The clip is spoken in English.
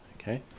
Okay